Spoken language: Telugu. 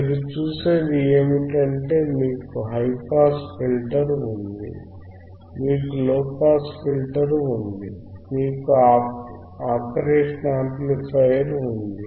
మీరు చూసేది ఏమిటంటే మీకు హైపాస్ ఫిల్టర్ ఉంది మీకు లోపాస్ ఫిల్టర్ ఉంది మీకు ఆపరేషన్ యాంప్లిఫయర్ ఉంది